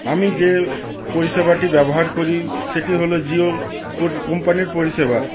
আমি যে পরিষেবাটি ব্যবহার করি সেটি হল জিও কোম্পানির পরিষেবা